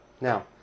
Now